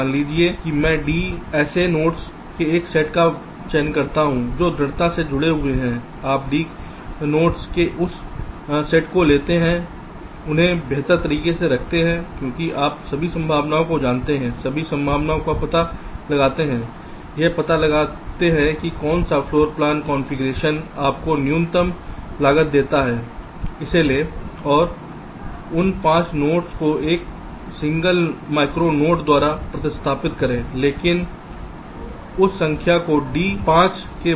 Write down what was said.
मान लीजिए कि मैं d ऐसे नोड्स के एक सेट का चयन करता हूं जो दृढ़ता से जुड़े हुए है आप d नोड्स के उस सेट को लेते हैं उन्हें बेहतर तरीके से रखते हैं क्योंकि आप सभी संभावनाओं को जानते हैं सभी संभावनाओं का पता लगाते हैं यह पता लगाते हैं कि कौन सा फ्लोर प्लान कॉन्फ़िगरेशन आपको न्यूनतम लागत देता है इसे लें और उन पांच नोड्स को एक एकल नोड द्वारा प्रतिस्थापित करें लेकिन उस संख्या को d 5के बराबर तक सीमित करें